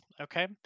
okay